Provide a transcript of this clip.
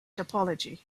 topology